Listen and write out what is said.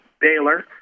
Baylor